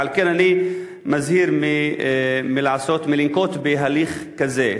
ועל כן אני מזהיר מלנקוט הליך כזה.